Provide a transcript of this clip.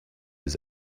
his